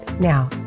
now